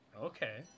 Okay